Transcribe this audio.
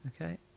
Okay